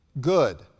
good